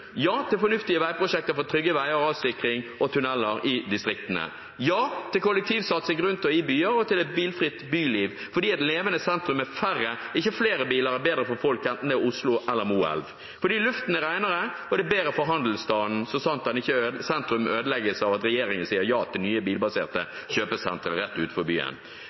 ja til fornuftige veiprosjekter for tryggere veier, rassikring og tuneller i distriktene. Vi sier ja til kollektivsatsing rundt og i byer og til et bilfritt byliv, fordi et levende sentrum med færre, ikke flere biler, er bedre for folk, enten det er Oslo eller Moelv, og fordi luften er renere, og det er bedre for handelsstanden – så sant ikke sentrum ødelegges av at regjeringen sier ja til nye bilbaserte kjøpesentre rett utenfor byen.